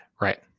right